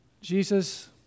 Jesus